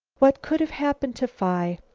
what could have happened to phi?